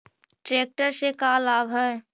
Tractor से का लाभ है?